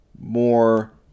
more